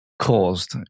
caused